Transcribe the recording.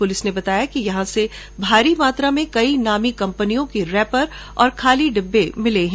police ने बताया कि यहां से भारी मात्रा में कई नामी कंपनियों के रैपर और खाली डिब्बे मिले हैं